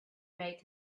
make